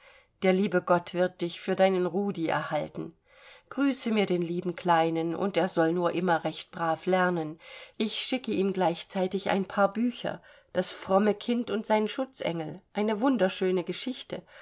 der liebe gott wird dich für deinen rudi erhalten grüße mir den lieben kleinen und er soll nur immer recht brav lernen ich schicke ihm gleichzeitig ein paar bücher das fromme kind und sein schutzengel eine wunderschöne geschichte